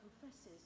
confesses